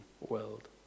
world